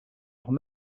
leurs